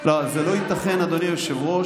--- לא, זה לא ייתכן, אדוני היושב-ראש.